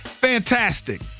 Fantastic